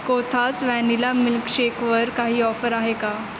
कोथास वॅनिला मिल्कशेकवर काही ऑफर आहे का